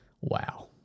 wow